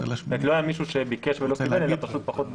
לא היה מישהו שביקש ולא קיבל אלא פשוט פחות ביקשו,